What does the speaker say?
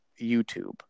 youtube